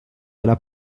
della